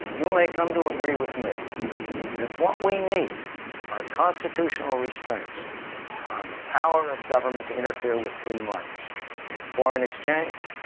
you may come to agree with me that what we need are constitutional restraints on the power of government to interfere with free markets in foreign exchange,